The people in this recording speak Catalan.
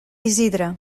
isidre